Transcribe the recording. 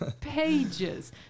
Pages